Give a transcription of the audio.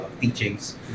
teachings